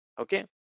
okay